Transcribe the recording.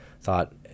thought